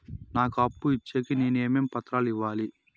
నాకు అప్పు ఇచ్చేకి నేను ఏమేమి పత్రాలు ఇవ్వాలి